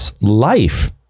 life